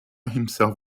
himself